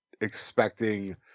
expecting